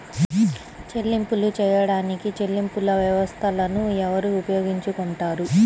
చెల్లింపులు చేయడానికి చెల్లింపు వ్యవస్థలను ఎవరు ఉపయోగించుకొంటారు?